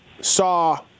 saw